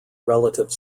relative